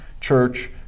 church